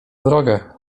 drogę